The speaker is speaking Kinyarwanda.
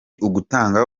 ugutanga